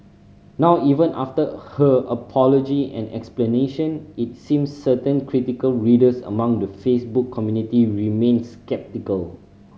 now even after her apology and explanation it seems certain critical readers among the Facebook community remained sceptical